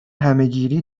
همهگیری